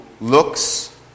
looks